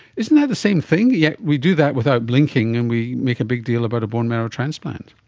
isn't that the same thing? yeah we do that without blinking and we make a big deal about a bone marrow transplant.